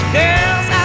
girls